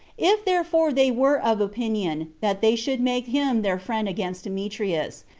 if therefore they were of opinion that they should make him their friend against demetrius,